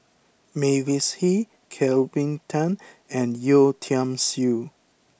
Mavis Hee Kelvin Tan and Yeo Tiam Siew